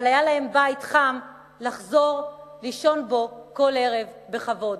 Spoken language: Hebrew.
אבל היה להם בית חם לחזור לישון בו כל ערב בכבוד.